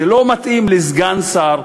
זה לא מתאים לסגן שר,